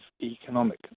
economic